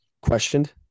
Questioned